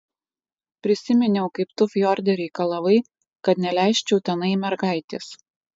prisiminiau kaip tu fjorde reikalavai kad neleisčiau tenai mergaitės